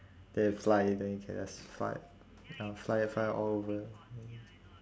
then fly then you can just fly ya fly fly all over